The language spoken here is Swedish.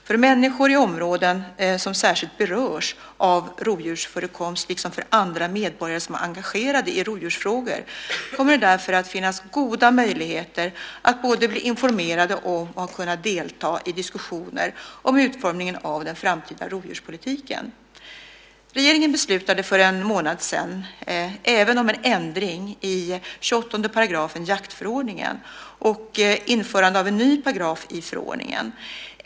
För människor i områden som särskilt berörs av rovdjursförekomst, liksom för andra medborgare som är engagerade i rovdjursfrågor, kommer det därför att finnas goda möjligheter att både bli informerade om och att kunna delta i diskussioner om utformningen av den framtida rovdjurspolitiken. Regeringen beslutade för en månad sedan även om en ändring i 28 § jaktförordningen och införande av en ny paragraf i förordningen.